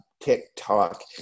TikTok